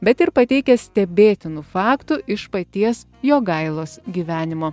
bet ir pateikia stebėtinų faktų iš paties jogailos gyvenimo